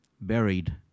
buried